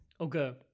Okay